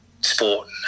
sport